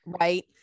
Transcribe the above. right